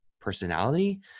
personality